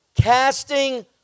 casting